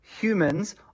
humans